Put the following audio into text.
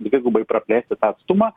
dvigubai praplėsti tą atstumą